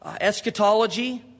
eschatology